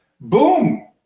boom